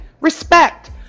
Respect